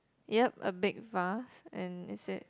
yup a big vase and it said